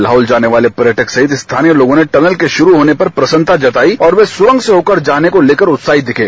लाहौल जाने वाले पर्यटकों सहित स्थानीय लोगों ने टनल के शुरू होने पर प्रसन्नता जताई और वे सुरंग से होकर जाने को लेकर उत्साहित दिखे